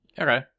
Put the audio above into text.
Okay